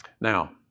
Now